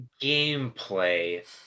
gameplay